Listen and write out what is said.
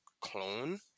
clone